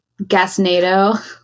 Gasnado